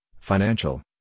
financial